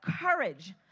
courage